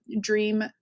dream